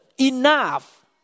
enough